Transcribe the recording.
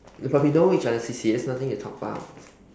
but but we know each other's C_C_A nothing to talk about